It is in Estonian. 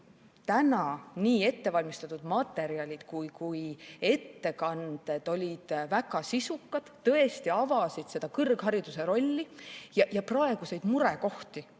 Nii ettevalmistatud materjalid kui ka ettekanded olid väga sisukad ja tõesti avasid kõrghariduse rolli ja praeguseid murekohti.